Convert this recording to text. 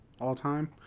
all-time